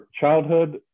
childhood